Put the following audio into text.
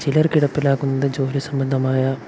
ചിലർ കിടപ്പിലാകുന്നത് ജോലി സംബന്ധമായ